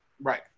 Right